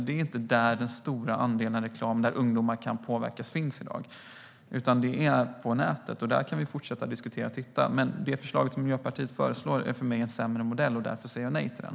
Det är inte där den stora mängden reklam som kan påverka ungdomar finns i dag. Det är i stället på nätet, och detta kan vi fortsätta att diskutera och titta på. Men Miljöpartiets förslag är för mig en sämre modell, och därför säger jag nej till den.